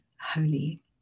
Holy